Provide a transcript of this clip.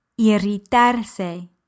Irritarse